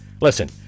Listen